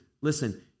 listen